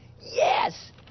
Yes